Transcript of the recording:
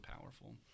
powerful